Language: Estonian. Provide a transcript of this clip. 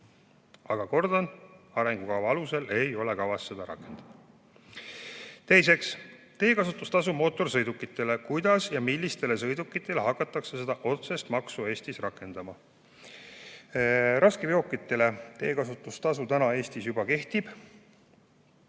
Aga kordan, et arengukava alusel ei ole kavas seda rakendada. Teiseks: "Teekasutustasu mootorsõidukitele – kuidas ja millistele sõidukitele hakatakse seda otsest maksu Eestis rakendama?" Raskeveokitele teekasutustasu Eestis juba kehtib,